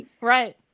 Right